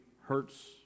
hurts